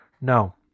No